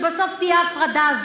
לא יכול להיות שבסוף תהיה ההפרדה הזאת.